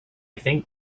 think